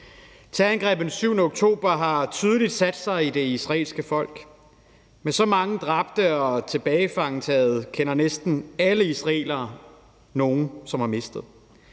Terrorangrebet den 7. oktober har tydeligt sat sig i det israelske folk. Med så mange dræbte og tilfangetagne kender næsten alle israelere nogen, som har mistet.